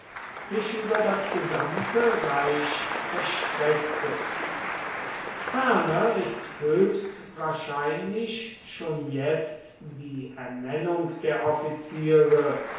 sich über das gesamte reich erstreckte ferner ist höchst wahrscheinlich schon jetzt die ernennung der offiziere